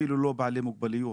אפילו לא בעלי מוגבלויות,